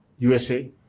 USA